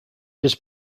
his